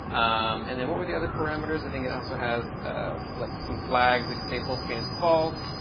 and then what were the other parameters? i think it also has like some flags. we could say full screen is false.